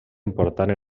important